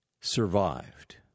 survived